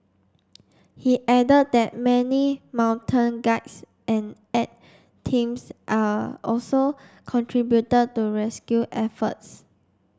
he added that many mountain guides and aid teams are also contributed to rescue efforts